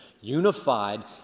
unified